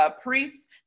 priests